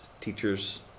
Teachers